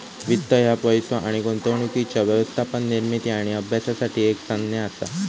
वित्त ह्या पैसो आणि गुंतवणुकीच्या व्यवस्थापन, निर्मिती आणि अभ्यासासाठी एक संज्ञा असा